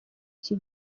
iki